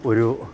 ഒരു